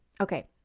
okay